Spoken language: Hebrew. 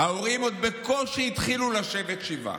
ההורים עוד בקושי התחילו לשבת שבעה,